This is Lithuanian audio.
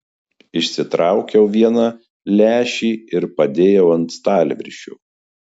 išsitraukiau vieną lęšį ir padėjau ant stalviršio